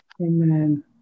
Amen